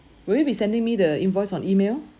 will you be sending me the invoice on email